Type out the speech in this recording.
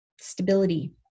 stability